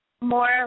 More